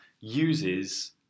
uses